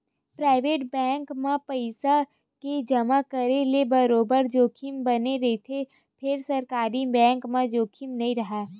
private bank म पइसा के जमा करे ले बरोबर जोखिम बने रहिथे फेर सरकारी बेंक म जोखिम नइ राहय